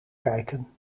kijken